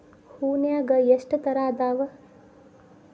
ಹೂನ್ಯಾಗ ಎಷ್ಟ ತರಾ ಅದಾವ್?